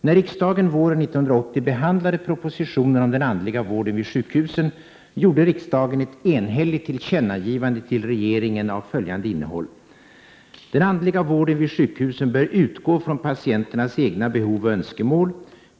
När riksdagen våren 1980 behandlade propositionen om den andliga vården vid sjukhusen gjorde riksdagen ett enhälligt tillkännagivande till regeringen av följande innehåll: ”Den andliga vården vid sjukhusen bör utgå från patienternas egna behov och önskemål.